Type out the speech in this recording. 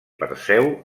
perseu